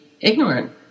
ignorant